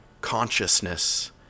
consciousness